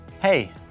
Hey